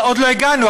עוד לא הגענו,